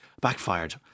backfired